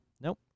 Nope